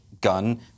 gun